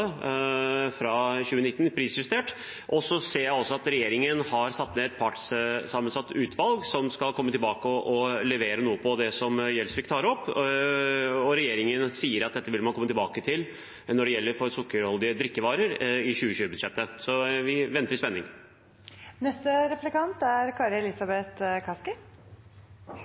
fra 2019 ved at det er prisjustert. Jeg ser også at regjeringen har satt ned et partssammensatt utvalg som skal komme tilbake og levere noe på det Gjelsvik tar opp. Når det gjelder sukkerholdige drikkevarer, sier regjeringen at man vil komme tilbake til det i 2020-budsjettet, så vi venter i spenning.